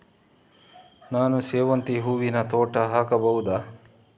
ನಾನು ಸೇವಂತಿ ಹೂವಿನ ತೋಟ ಹಾಕಬಹುದಾ?